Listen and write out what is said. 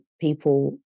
people